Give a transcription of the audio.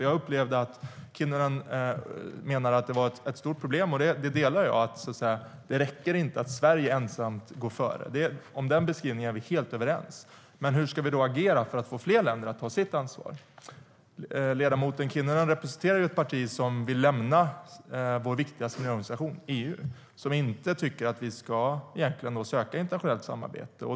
Jag upplevde nämligen att Kinnunen menar att det finns problem och att det inte räcker med att Sverige ensamt går före, vilket jag instämmer i. Om den beskrivningen är vi helt överens. Hur ska vi då agera för att få fler länder att ta sitt ansvar? Ledamoten Kinnunen representerar ju ett parti som vill lämna vår viktigaste miljöorganisation, det vill säga EU, och som egentligen inte tycker att vi ska söka internationellt samarbete.